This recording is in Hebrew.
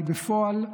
היא בפועל,